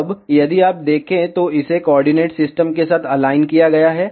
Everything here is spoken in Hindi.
अब यदि आप देखें तो इसे कोऑर्डिनेट सिस्टम के साथ अलाइन किया गया है